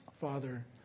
Father